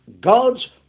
God's